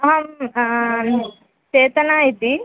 अहं चेतना इति